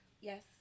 Yes